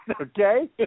okay